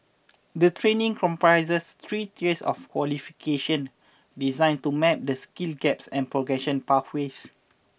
the training comprises three tiers of qualification designed to map the skills gaps and progression pathways